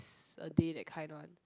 s~ a day that kind one